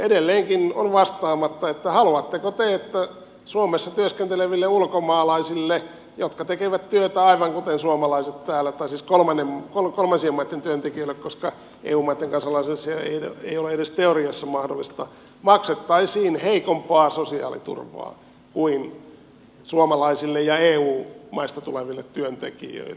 edelleenkin on vastaamatta että haluatteko te että suomessa työskenteleville ulkomaalaisille jotka tekevät työtä aivan kuten suomalaiset täällä tai siis kolmansien maitten työntekijöille koska eu maitten kansalaisille se ei ole edes teoriassa mahdollista maksettaisiin heikompaa sosiaaliturvaa kuin suomalaisille ja eu maista tuleville työntekijöille